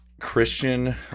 Christian